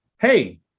Hey